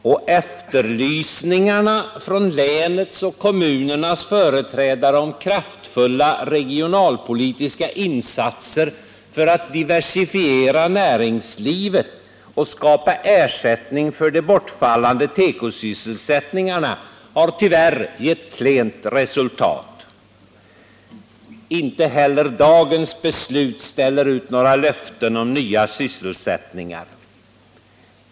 De efterlysningar som gjorts från länets och kommunernas företrädare av kraftfulla regionalpolitiska insatser för att diversifiera näringslivet och skapa ersättning för de bortfallande tekosysselsättningarna har tyvärr gett klent resultat. Inte heller dagens beslut ställer ut några löften om nya sysselsättningar.